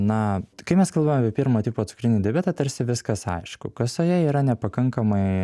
na kai mes kalbame apie pirmo tipo cukrinį diabetą tarsi viskas aišku kasoje yra nepakankamai